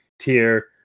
tier